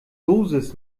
dosis